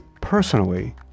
personally